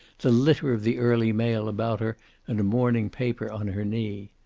the litter of the early mail about her and a morning paper on her knee.